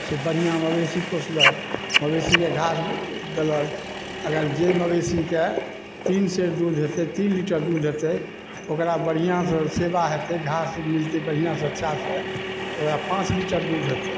से बढ़िआँ मवेशी पोसलक मवेशीके घास देलक अगर जे मवेशीके तीन सेर दूध हेतै तीन लीटर दूध हेतै ओकरा बढ़िआँसँ सेवा हेतै घास मिलतै बढ़िआँसे अच्छासे ओकरा पाँच लीटर दूध हेतै